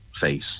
face